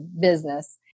business